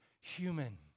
human